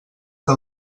que